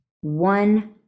one